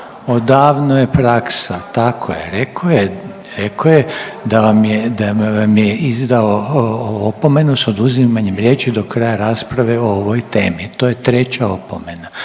rekao je, rekao je da vam je, da vam je izdao opomenu s oduzimanjem riječi do kraja rasprave o ovoj temi, to je treća opomena.